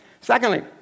Secondly